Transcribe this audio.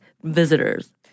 Visitors